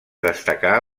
destacar